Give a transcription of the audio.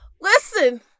Listen